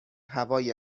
هوای